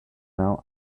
now